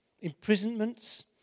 imprisonments